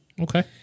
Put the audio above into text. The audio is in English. Okay